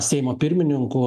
seimo pirmininku